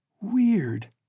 Weird